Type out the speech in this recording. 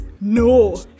No